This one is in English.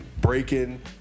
breaking